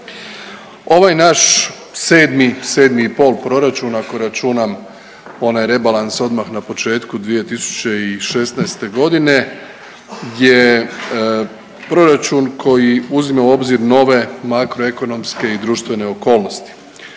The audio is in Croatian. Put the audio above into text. Ovaj naš sedmi, sedmi i pol proračun ako računam onaj rebalans odmah na početku 2016. godine je proračun koji uzima u obzir nove makro ekonomske i društvene okolnosti.